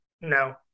no